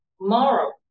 Moral